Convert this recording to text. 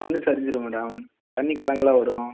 மண்ணு சரிஞ்சிடும் மேடம் தண்ணி கலங்கலாக வரும்